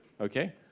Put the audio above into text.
Okay